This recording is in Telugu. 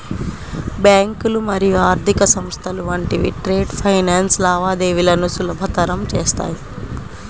బ్యాంకులు మరియు ఆర్థిక సంస్థలు వంటివి ట్రేడ్ ఫైనాన్స్ లావాదేవీలను సులభతరం చేత్తాయి